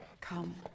come